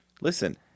Listen